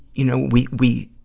you know, we, we,